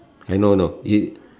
ah no no it